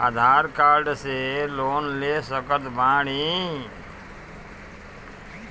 आधार card से loan ले सकत बणी?